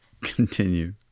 Continue